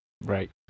Right